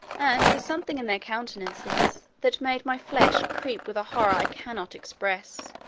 and with something in their countenances that made my flesh creep with a horror i cannot express.